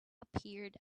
appeared